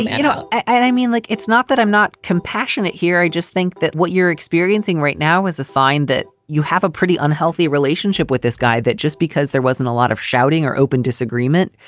and you know. i mean, like, it's not that i'm not compassionate here i just think that what you're experiencing right now is a sign that you have a pretty unhealthy relationship with this guy, that just because there wasn't a lot of shouting or open disagreement,